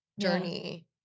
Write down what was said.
journey